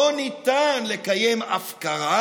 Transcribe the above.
לא ניתן לקיים הפקרה,